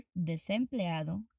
desempleado